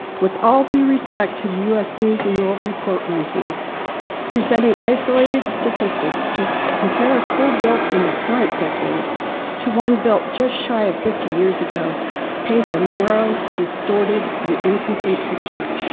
with all due respect to the us news and world report ranking presenting isolated statistics to compare a school built in the current decade to one bill just shy of fifty years ago paints a narrow, distorted and incomplete picture.